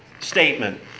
statement